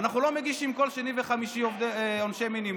ואנחנו לא מגישים כל שני וחמישי עונשי מינימום.